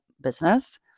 business